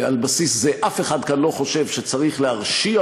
ועל בסיס זה אף אחד כאן לא חושב שצריך להרשיע